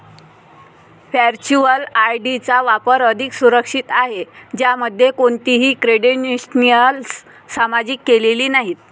virtual ID चा वापर अधिक सुरक्षित आहे, ज्यामध्ये कोणतीही क्रेडेन्शियल्स सामायिक केलेली नाहीत